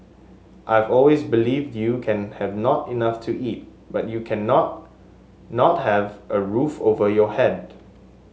I've always believed you can have not enough to eat but you cannot not have a roof over your head